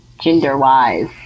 gender-wise